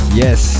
yes